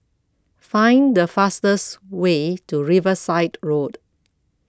Find The fastest Way to Riverside Road